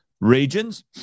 regions